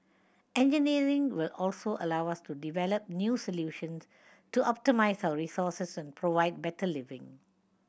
engineering will also allow us to develop new solutions to optimise our resources and provide better living